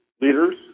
leaders